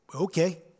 okay